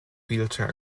wheelchair